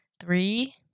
three